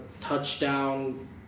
touchdown